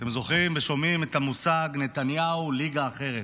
אתם זוכרים ושומעים את המושג: נתניהו, ליגה אחרת.